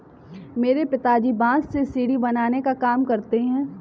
मेरे पिताजी बांस से सीढ़ी बनाने का काम करते हैं